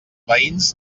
veïns